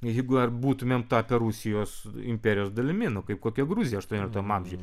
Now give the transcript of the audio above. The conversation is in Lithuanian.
jeigu ar būtumėm tapę rusijos imperijos dalimi nu kaip kokia gruzija aštuonioliktam amžiuj